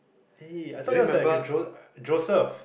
hey I thought there's like a Jo~ Joseph